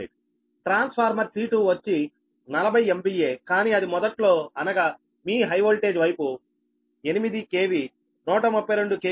transformer T2 వచ్చి 40 MVAకానీ అది మొదట్లో అనగా మీ హై వోల్టేజ్ వైపు 8 KV 132 KV గా ఉంటుంది